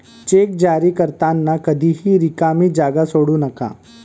check जारी करताना कधीही रिकामी जागा सोडू नका